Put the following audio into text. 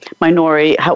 minority